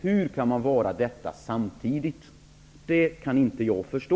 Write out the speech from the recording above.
Hur man kan vara detta samtidigt kan jag inte förstå.